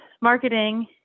marketing